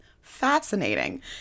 fascinating